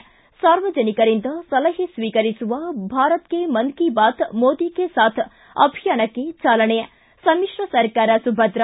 ಿ ಸಾರ್ವಜನಿಕರಿಂದ ಸಲಹೆ ಸ್ವೀಕರಿಸುವ ಭಾರತ ಕೆ ಮನ್ ಕಿ ಬಾತ್ ಮೋದಿ ಕೆ ಸಾಥ್ ಅಭಿಯಾನಕ್ಕೆ ಚಾಲನೆ ಿ ಸಮಿತ್ರ ಸರ್ಕಾರ ಸುಭದ್ರ